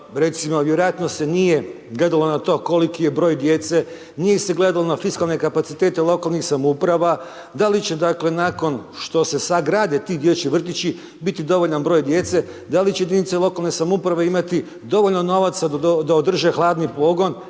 recimo vjerojatno se nije gledalo na to koliki je broj djece, nije se gledalo na fiskalne kapacitete lokalnih samouprava, da li će, dakle, nakon što se sagrade ti dječji vrtići biti dovoljan broj djece, da li će jedinice lokalne samouprave imati dovoljno novaca da održe hladni pogon,